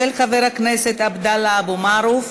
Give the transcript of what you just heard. של חבר הכנסת עבדאללה אבו מערוף